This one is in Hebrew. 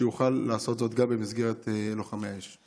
יוכל לעשות זאת גם במסגרת לוחמי האש.